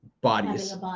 Bodies